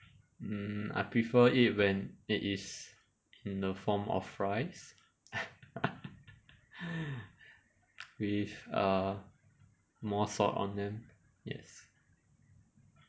mm I prefer it when it is in the form of fries with uh more salt on them yes